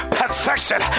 perfection